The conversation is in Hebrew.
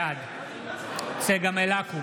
בעד צגה מלקו,